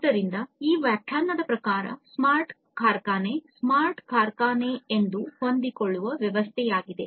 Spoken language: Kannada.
ಆದ್ದರಿಂದ ಈ ವ್ಯಾಖ್ಯಾನದ ಪ್ರಕಾರ "ಸ್ಮಾರ್ಟ್ ಕಾರ್ಖಾನೆ ಒಂದು ಹೊಂದಿಕೊಳ್ಳುವ ವ್ಯವಸ್ಥೆಯಾಗಿದೆ